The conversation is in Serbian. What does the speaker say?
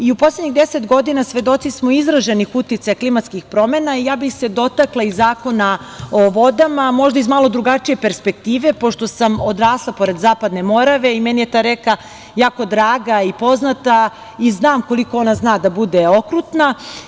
U poslednjih deset godina svedoci smo izraženih uticaja klimatskih promena i ja bih se dotakla i Zakona o vodama, možda iz malo drugačije perspektive, pošto sam odrasla pored Zapadne Morave i meni je ta reka jako draga i poznata i znam koliko ona zna da bude okrutna.